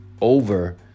over